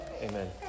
Amen